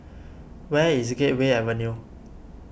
where is Gateway Avenue